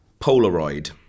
Polaroid